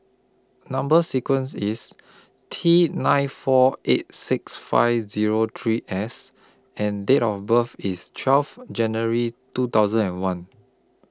Number sequence IS T nine four eight six five Zero three S and Date of birth IS twelve January two thousand and one